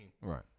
right